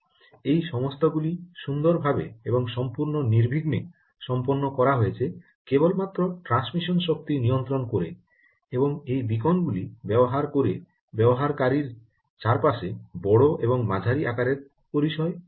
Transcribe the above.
এই সমস্তগুলি সুন্দর ভাবে এবং সম্পূর্ণ নির্বিঘ্নে সম্পন্ন করা হয়েছে কেবলমাত্র ট্রান্সমিশন শক্তি নিয়ন্ত্রণ করে এবং এই বীকন গুলি ব্যবহার করে ব্যবহারকারীর চারপাশে বড় এবং মাঝারি আকারের পরিসর তৈরি করে